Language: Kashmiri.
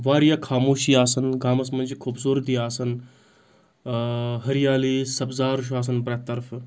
واریاہ خاموشی آسَان گامَس منٛز چھِ خوٗبصوٗرتی آسَان ۂریالی سَبزار چھُ آسَان پرٛؠتھ طرفہٕ